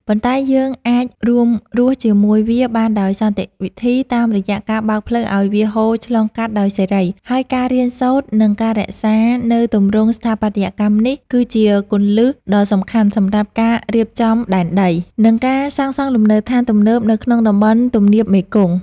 ប៉ុន្តែយើងអាចរួមរស់ជាមួយវាបានដោយសន្តិវិធី តាមរយៈការបើកផ្លូវឱ្យវាហូរឆ្លងកាត់ដោយសេរី ហើយការរៀនសូត្រ និងការរក្សានូវទម្រង់ស្ថាបត្យកម្មនេះ គឺជាគន្លឹះដ៏សំខាន់សម្រាប់ការរៀបចំដែនដី និងការសាងសង់លំនៅដ្ឋានទំនើបនៅក្នុងតំបន់ទំនាបមេគង្គ។